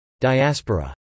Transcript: Diaspora